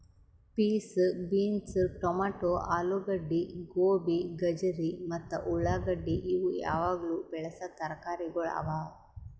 piece, beans, tomato, ಆಲೂಗಡ್ಡಿ, ಗೋಬಿ, ಗಜರಿ ಮತ್ತ ಉಳಾಗಡ್ಡಿ ಇವು ಯಾವಾಗ್ಲೂ ಬೆಳಸಾ ತರಕಾರಿಗೊಳ್ ಅವಾ